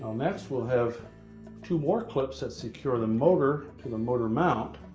um next, we'll have two more clips that secure the motor to the motor mount.